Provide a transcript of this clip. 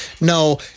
No